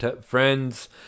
Friends